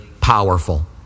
powerful